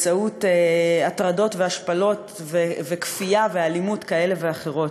ובהטרדות, השפלות, כפייה ואלימות כאלה ואחרות.